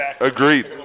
Agreed